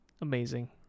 Amazing